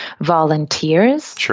volunteers